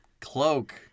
Cloak